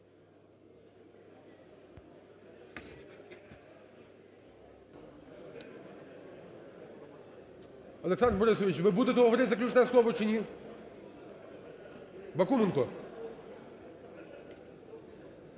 Олександр Борисович, ви будете говорити заключне слово чи ні? Бакуменко?